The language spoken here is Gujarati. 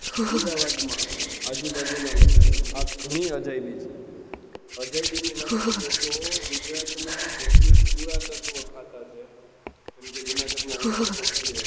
અમદાવાદમાં આજુ બાજુના લોકો આ ઘણી અજાયબી છે અજાયબીની વાત કરીએ તો ગુજરાતમાં જેટલી પુરાતત્વ ખાતા છે જેમ કે જુનાગઢમાં ઉપર કોટ છે